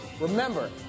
Remember